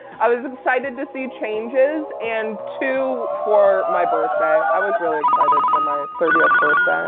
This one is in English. i was excited to see changes. and two, for my birthday. i was really excited for my thirtieth birthday.